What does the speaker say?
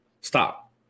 Stop